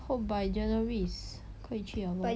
hope by january is 可以去了 lor